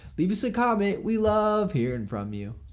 leave us a comment we love hearing from you.